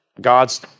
God's